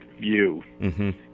view